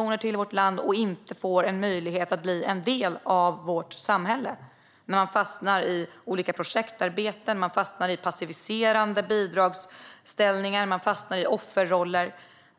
kommer till vårt land utan att få möjlighet att bli en del av samhället. De fastnar i olika projektarbeten, i passiviserande bidragssystem och i offerroller.